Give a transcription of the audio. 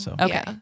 Okay